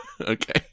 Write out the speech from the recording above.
Okay